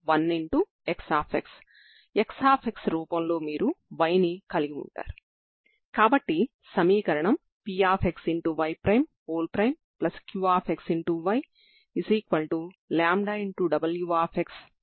కాబట్టి మీరు ux0t0 ని కలిగి ఉంటారు మరియు స్థానభ్రంశం uLt0 నిర్ణయించబడి ఉంటుంది